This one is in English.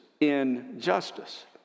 injustice